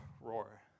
roar